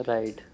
Right